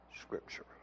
scripture